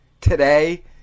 today